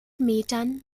metern